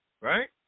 right